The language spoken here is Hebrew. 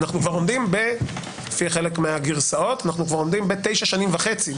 אנחנו כבר עומדים לפי חלק מהגרסאות אנחנו כבר עומדים בתשע שנים וחצי,